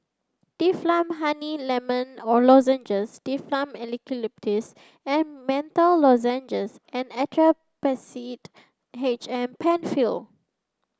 Difflam Honey Lemon Lozenges Difflam Eucalyptus and Menthol Lozenges and H M Penfill